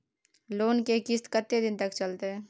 Loan के किस्त कत्ते दिन तक चलते?